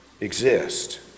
exist